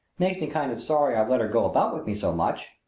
makes me kind of sorry i've let her go about with me so much.